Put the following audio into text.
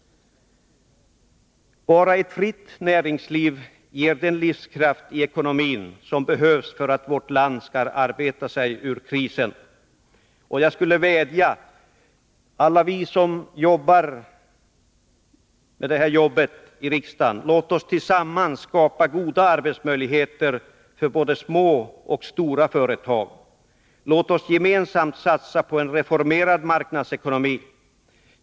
Bara ett fritt näringsliv ger den livskraft i ekonomin som behövs för att vårt land skall kunna arbeta sig ur krisen. Jag vill vädja: Låt oss tillsammans — alla vi som jobbar här i riksdagen — skapa goda arbetsmöjligheter för både små och stora företag. Låt oss gemensamt satsa på en reformerad marknadsekonomi.